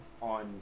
on